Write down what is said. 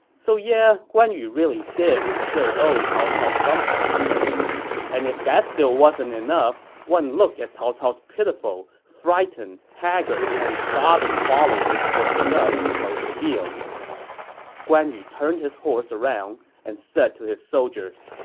so, yeah, guan yu really did still owe cao cao something and if that still wasn't enough, one look at cao cao's pitiful, frightened, haggard, and sobbing followers was enough to close the deal guan yu turned his horse around and said to his soldiers,